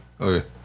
Okay